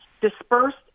dispersed